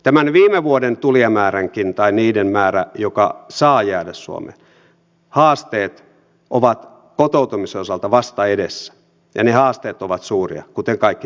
tämän viime vuoden tulijamääränkin tai niiden määrä jotka saavat jäädä suomeen haasteet ovat kotoutumisen osalta vasta edessä ja ne haasteet ovat suuria kuten kaikki tiedämme